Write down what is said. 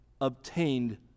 obtained